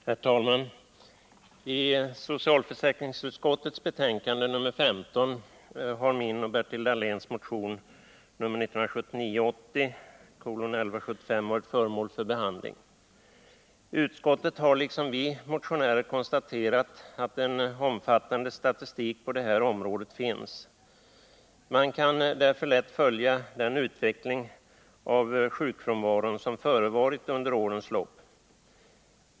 Herr talman! I socialförsäkringsutskottets betänkande nr 15 har min och Bertil Dahléns motion nr 1979/80:1175 varit föremål för behandling. Utskottet har, liksom vi motionärer, konstaterat att det på det här området finns en omfattande statistik. Man kan därför lätt följa den utveckling av sjukfrånvaron som förevarit under årens lopp.